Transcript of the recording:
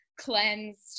cleansed